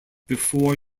before